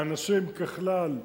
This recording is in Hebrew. האנשים ככלל,